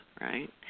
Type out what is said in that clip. right